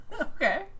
Okay